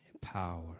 Power